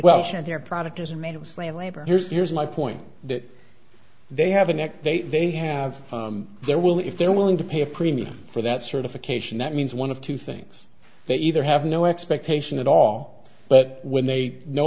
labor here's here's my point that they have a neck they very have their will if they're willing to pay a premium for that certification that means one of two things they either have no expectation at all but when they know